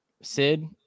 sid